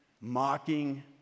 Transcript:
mocking